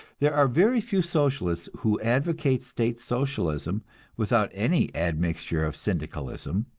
there are very few socialists who advocate state socialism without any admixture of syndicalism.